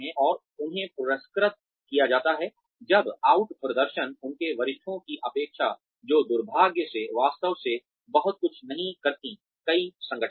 और उन्हें पुरस्कृत किया जाता है जब आउट प्रदर्शन उनके वरिष्ठों की अपेक्षाएँ जो दुर्भाग्य से वास्तव में बहुत कुछ नहीं करती हैं कई संगठनों में